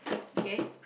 okay